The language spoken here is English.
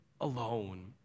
alone